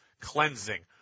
cleansing